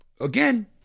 Again